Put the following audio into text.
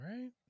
right